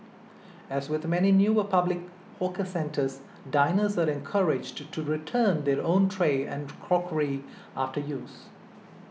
as with many newer public hawker centres diners are encouraged to return their own tray and crockery after use